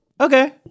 okay